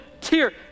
tear